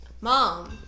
Mom